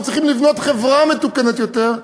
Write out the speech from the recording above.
אנחנו צריכים לבנות חברה מתוקנת יותר,